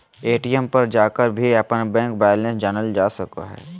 ATM पर जाकर भी अपन बैंक बैलेंस जानल जा सको हइ